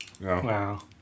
Wow